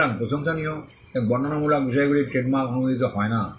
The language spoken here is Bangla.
সুতরাং প্রশংসনীয় এবং বর্ণনামূলক বিষয়গুলি ট্রেডমার্ক অনুমোদিত হয় না